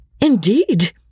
Indeed